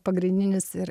pagrindinis ir